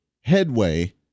headway